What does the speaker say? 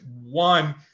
one